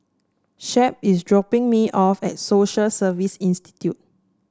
Shep is dropping me off at Social Service Institute